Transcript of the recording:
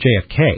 JFK